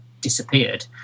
disappeared